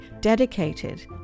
dedicated